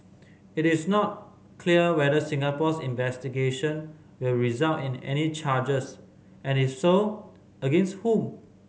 it is not clear whether Singapore's investigation will result in any charges and if so against whom